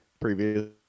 previously